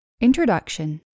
Introduction